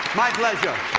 my pleasure.